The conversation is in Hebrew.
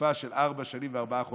לתקופה של ארבע שנים וארבעה חודשים,